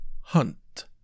Hunt